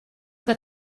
que